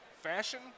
Fashion